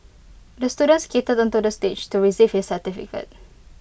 the student skated onto the stage to receive his certificate